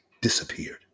disappeared